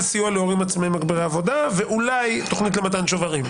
סיוע להורים עצמאים מגבירי עבודה ואולי תכנית למתן שוברים.